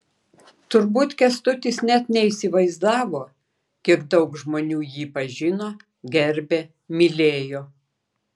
turbūt kęstutis net neįsivaizdavo kiek daug žmonių jį pažino gerbė mylėjo